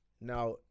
Now